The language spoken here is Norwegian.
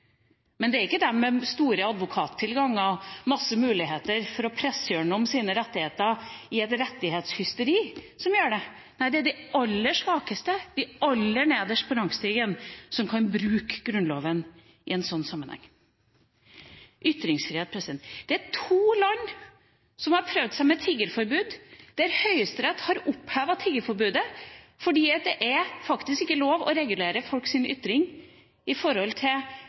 Men det er ikke dem med store advokattilganger og masse muligheter for å presse gjennom sine rettigheter i et rettighetshysteri som gjør det. Nei, det er de aller svakeste, de aller nederst på rangstigen, som kan bruke Grunnloven i en sånn sammenheng. Så til ytringsfrihet: Det er to land som har prøvd seg med et tiggerforbud, der Høyesterett har opphevd tiggerforbudet fordi det faktisk ikke er lov å regulere folks ytringer når det gjelder retten til